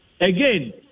Again